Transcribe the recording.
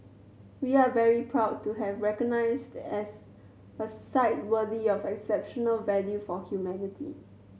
we are very proud to have recognised as a site worthy of exceptional value for humanity